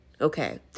Okay